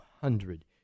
hundred